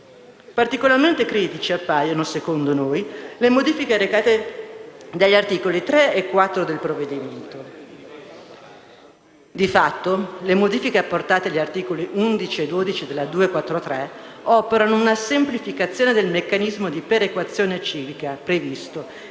Particolarmente critiche appaiono - secondo noi - le modifiche recate dagli articoli 3 e 4 del provvedimento. Di fatto, le modifiche apportate agli articoli 11 e 12 della legge n. 243 del 2012 operano una semplificazione del meccanismo di perequazione civica previsto,